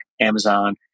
Amazon